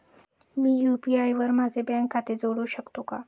मी UPI वर माझे bank खाते जोडू शकतो का?